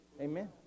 Amen